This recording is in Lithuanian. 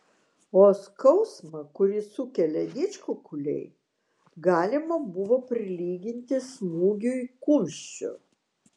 o skausmą kurį sukelia didžkukuliai galima buvo prilyginti smūgiui kumščiu